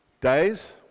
days